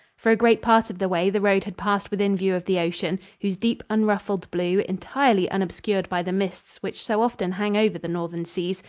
for a great part of the way the road had passed within view of the ocean, whose deep unruffled blue, entirely unobscured by the mists which so often hang over the northern seas,